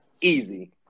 Easy